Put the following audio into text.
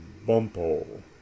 Bumpo